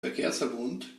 verkehrsverbund